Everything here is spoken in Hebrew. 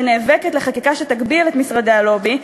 שנאבקת למען חקיקה שתגביל את משרדי הלובי,